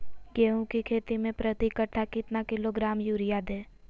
गेंहू की खेती में प्रति कट्ठा कितना किलोग्राम युरिया दे?